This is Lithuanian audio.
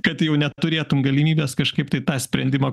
kad jau neturėtum galimybės kažkaip tai tą sprendimą